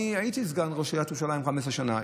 אני הייתי סגן ראש עיריית ירושלים 15 שנה.